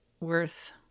worth